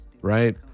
right